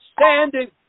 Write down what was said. standing